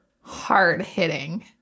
hard-hitting